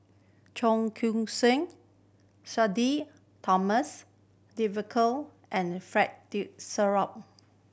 Cheong Koon Seng Sudhir Thomas and Fred De